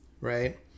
right